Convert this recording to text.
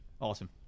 Awesome